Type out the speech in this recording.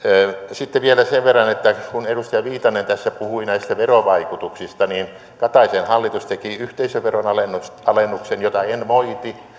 sitten vielä sen verran että kun edustaja viitanen tässä puhui näistä verovaikutuksista niin kataisen hallitus teki yhteisöveron alennuksen alennuksen jota en moiti